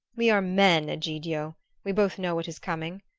we are men, egidio we both know what is coming.